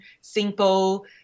simple